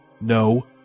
No